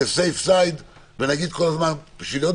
בצד הבטוח ונגיד כל הזמן: בשביל להיות